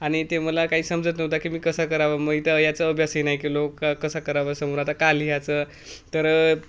आणि ते मला काही समजत नव्हता की मी कसा करावा म इथं याचा अभ्यासही नाही केलो का कसा करावा समोर आता का लिहायचं तर